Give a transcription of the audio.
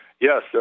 Yes